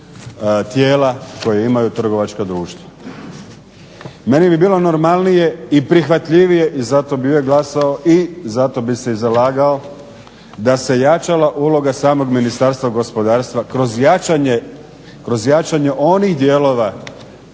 tijela koje imaju trgovačka društva. Meni bi bilo normalnije i prihvatljivije i zato bih uvijek glasovao i zato bih se zalagao da se jačala uloga samog Ministarstva gospodarstva kroz jačanje onih dijelova